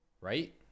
Right